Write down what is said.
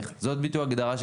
בסדר?